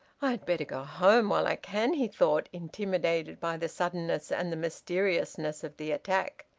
i'd better go home while i can, he thought, intimidated by the suddenness and the mysteriousness of the attack.